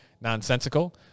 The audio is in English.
nonsensical